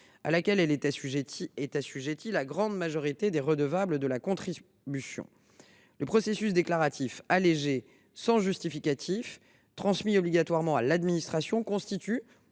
à laquelle sont assujettis la grande majorité des redevables de la contribution. Ce processus déclaratif allégé sans justificatifs transmis obligatoirement à l’administration constitue